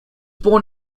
born